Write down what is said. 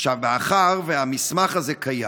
עכשיו, מאחר שהמסמך הזה קיים,